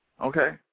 Okay